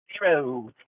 Zero